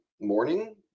morning